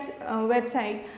website